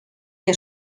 que